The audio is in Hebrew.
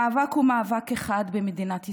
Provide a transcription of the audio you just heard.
המאבק הוא מאבק אחד במדינת ישראל.